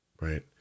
Right